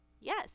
yes